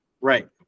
Right